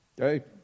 Okay